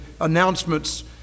announcements